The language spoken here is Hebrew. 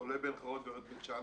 עולה בעין חרוד, ויורד בבית-שאן?